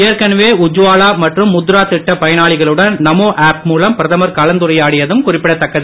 ஏற்கனவே உத்வாலா மற்றும் முத்ரா திட்ட பயனாளிகளுடன் நமோ ஆப் மூலம் பிரதமர் கலந்துரையாடியதும் குறிப்பிடத்தக்கது